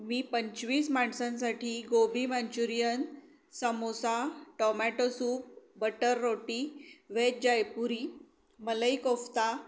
मी पंचवीस माणसांसाठी gobi Manchurian samosa tomato soup butter रोटी व्हेज जयपुरी मलई कोफ्ता